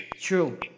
true